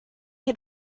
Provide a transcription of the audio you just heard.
had